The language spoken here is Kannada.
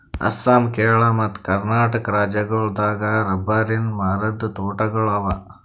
ಅಸ್ಸಾಂ ಕೇರಳ ಮತ್ತ್ ಕರ್ನಾಟಕ್ ರಾಜ್ಯಗೋಳ್ ದಾಗ್ ರಬ್ಬರಿನ್ ಮರದ್ ತೋಟಗೋಳ್ ಅವಾ